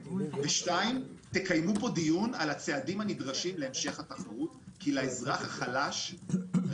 תראי את הנתונים, זה יותר גבוה